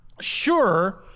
sure